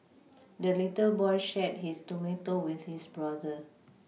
the little boy shared his tomato with his brother